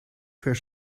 ver